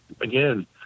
again